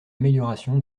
amélioration